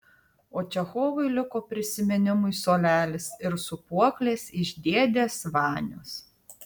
o čechovui liko prisiminimui suolelis ir sūpuoklės iš dėdės vanios